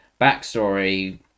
backstory